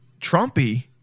Trumpy